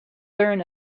learn